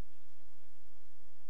אף שהמדינה שיפרה את